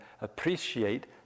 appreciate